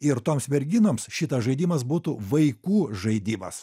ir toms merginoms šitas žaidimas būtų vaikų žaidimas